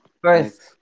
first